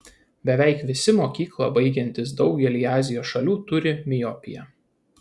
beveik visi mokyklą baigiantys daugelyje azijos šalių turi miopiją